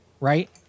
right